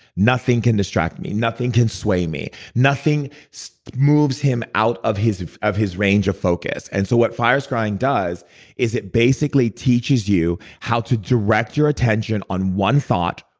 nothing can distract me. nothing can sway me. nothing so moves him out of his of his range of focus. and so what fire scrying does is it basically teaches you how to direct your attention on one thought,